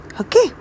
Okay